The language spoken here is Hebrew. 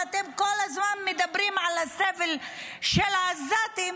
ואתם כל הזמן מדברים על הסבל של העזתים,